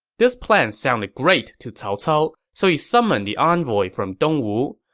this plan sounded great to cao cao, so he summoned the envoy from dongwu.